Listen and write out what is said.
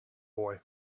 boy